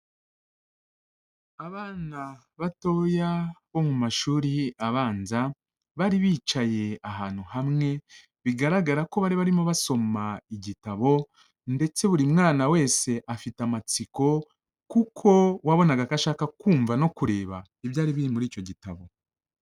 Abana batoya bo mu mashuri abanza, bari bicaye ahantu hamwe, bigaragara ko bari barimo basoma igitabo ndetse buri mwana wese afite amatsiko kuko wabonaga ko ashaka kumva no kureba ibyari biri muri icyo gitabo.